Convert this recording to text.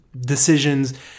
decisions